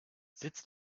sitz